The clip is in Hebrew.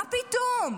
מה פתאום?